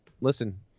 listen